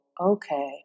okay